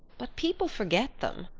but people forget them.